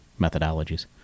methodologies